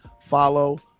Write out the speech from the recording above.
follow